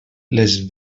les